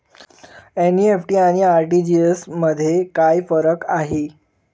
NEFT आणि RTGS मध्ये काय फरक आहे?